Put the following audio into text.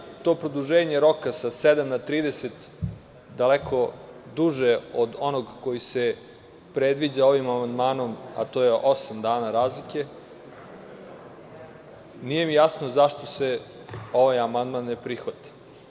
S obzirom da je to produženje roka sa sedam na 30 dana daleko duže od onog koji se predviđa ovim amandmanom, a to je osam dana razlike, nije mi jasno zašto se ovaj amandman ne prihvati?